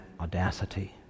audacity